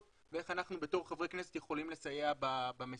ואיך אנחנו בתור חברי כנסת יכולים לסייע במשימה.